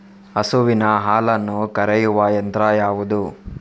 ಹಸುವಿನ ಹಾಲನ್ನು ಕರೆಯುವ ಯಂತ್ರ ಯಾವುದು?